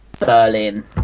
berlin